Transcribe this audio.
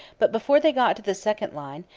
but before they got to the second line,